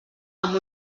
amb